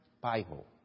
Bible